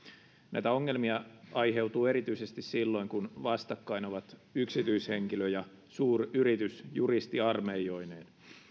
näitä ongelmia aiheutuu erityisesti silloin kun vastakkain ovat yksityishenkilö ja suuryritys juristiarmeijoineen